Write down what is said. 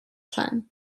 time